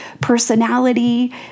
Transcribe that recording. personality